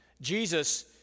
Jesus